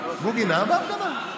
בוגי נאם בהפגנה?